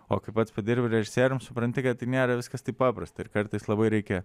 o kai pats padirbi režisierium supranti kad tai nėra viskas taip paprasta ir kartais labai reikia